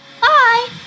Bye